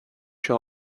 seo